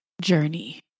journey